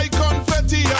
confetti